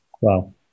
Wow